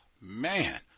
Man